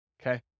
okay